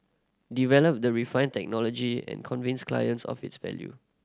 develop the refine technology and convince clients of its value